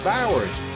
Bowers